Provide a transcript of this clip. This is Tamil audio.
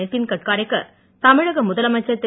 நிதின் கட்காரிக்கு தமிழக முதலமைச்சர் திரு